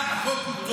לי יש שני חוקים,